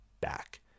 back